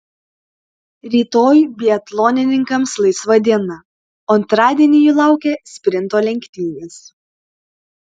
rytoj biatlonininkams laisva diena o antradienį jų laukia sprinto lenktynės